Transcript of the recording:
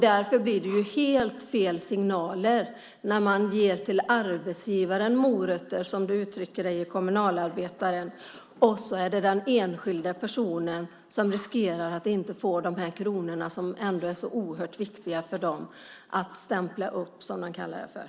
Därför blir det helt fel signaler när man ger arbetsgivaren morötter, som du uttrycker det i Kommunalarbetaren. Det är de enskilda personerna som riskerar att inte få de här kronorna, som är så oerhört viktiga för dem. Det handlar om att stämpla upp, som de kallar det för.